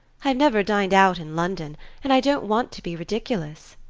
i've never dined out in london and i don't want to be ridiculous.